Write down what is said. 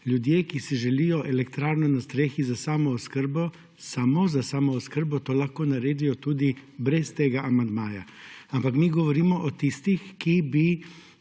Ljudje, ki si želijo elektrarno na strehi za samooskrbo, samo za samooskrbo to lahko naredijo tudi brez tega amandmaja. Ampak mi govorimo o tistih, ki bi